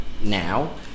now